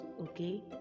okay